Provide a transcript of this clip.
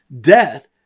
Death